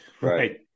Right